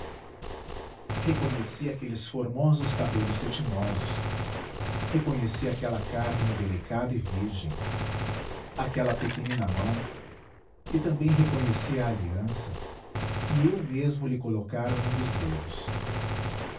reconheci aqueles formosos cabelos cetinosos reconheci aquela carne delicada e virgem aquela pequenina mão e também reconheci a aliança que eu mesmo lhe colocara num dos dedos